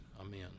Amen